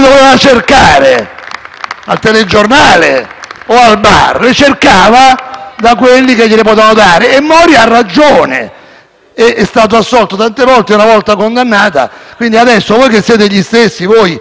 Al telegiornale o al bar? Le cercava da quelli che gliele potevano dare e Mori ha ragione: è stato assolto tante volte e una volta condannato. Quindi, adesso, voi, che siete gli stessi, voi e i vostri giornali